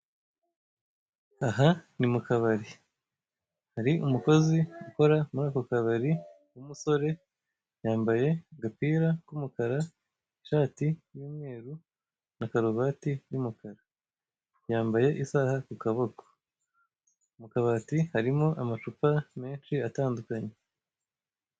Aha ni mu kabari hari umukozi ukora muri ako kabari w'umusore yambaye agapira k'umukara, ishati y'umweru na karuvati y'umukara. Yambaye isaha ku kaboko, mu kabati harimo amacupa menshi atandukanye.